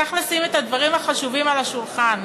צריך לשים את הדברים החשובים על השולחן: